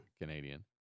Canadian